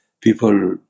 people